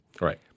Right